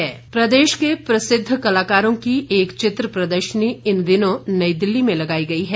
प्रदर्शनी प्रदेश के प्रसिद्ध कलाकारों की एक चित्र प्रदर्शनी इन दिनों नई दिल्ली में लगाई गई है